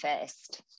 first